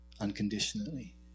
unconditionally